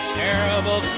terrible